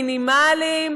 מינימליים,